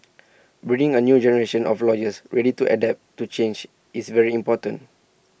breeding A new generation of lawyers ready to adapt to change is very important